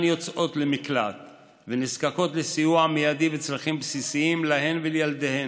יוצאות למקלט ונזקקות לסיוע מיידי וצרכים בסיסיים להן ולילדיהן,